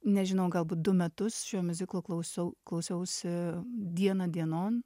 nežinau galbūt du metus šio miuziklo klausiau klausiausi diena dienon